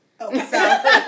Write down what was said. Okay